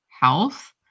health